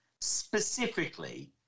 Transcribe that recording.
specifically